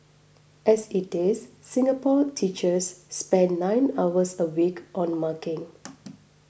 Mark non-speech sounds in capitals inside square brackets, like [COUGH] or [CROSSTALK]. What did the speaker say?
as it is Singapore teachers spend nine hours a week on marking [NOISE]